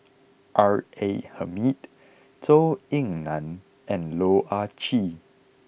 R A Hamid Zhou Ying Nan and Loh Ah Chee